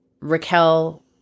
Raquel